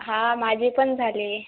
हा माझे पण झाले